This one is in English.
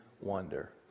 wonder